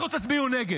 לכו תצביעו נגד.